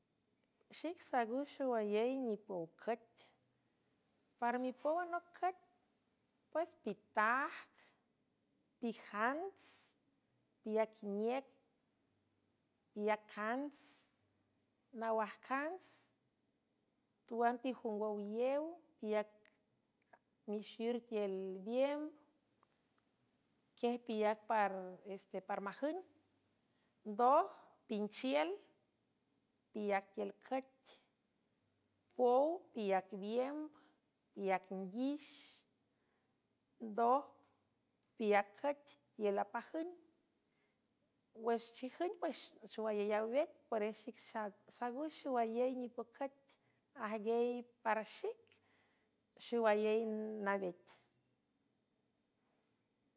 Xic sagüw xowayey nipow cüet para mipow anoc cüet pues pitajg pijants piac iniüc piacants nawajcants twampijongwow yew piac mixir tiel biemb quiej piac pares teparmajün ndoj pinchiel piac tiülcüet puow piac biemb piac nguix ndoj piacüet tiül apajün wüx chijün pues xowayey a vet pueres xic sagüw xowayey nipocüt ajguiey para xic xowayey navet.